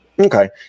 Okay